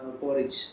porridge